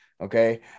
Okay